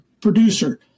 producer